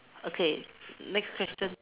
okay next question